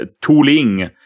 tooling